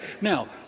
Now